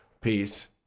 Peace